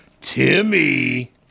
Timmy